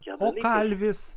o kalvis